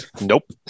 Nope